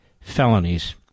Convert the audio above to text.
felonies